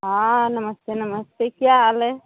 हाँ नमस्ते नमस्ते क्या हाल हैं